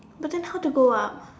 but then how to go up